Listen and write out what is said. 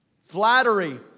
Flattery